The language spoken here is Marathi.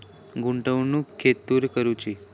गुंतवणुक खेतुर करूची?